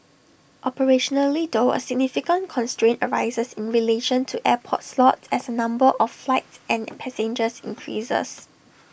operationally though A significant constraint arises in relation to airport slots as the number of flights and passengers increases